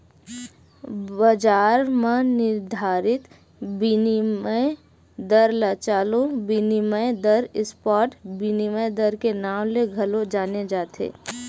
बजार म निरधारित बिनिमय दर ल चालू बिनिमय दर, स्पॉट बिनिमय दर के नांव ले घलो जाने जाथे